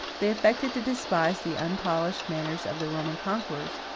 they affected to despise the unpolished manners of the roman conquerors,